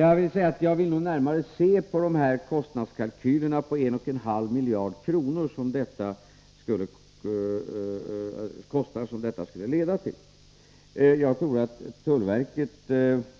Jag vill nog se närmare på den här kostnadskalkylen på 1,5 miljarder kronor som detta skulle leda till. Jag tror att tullverket